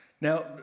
Now